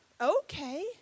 okay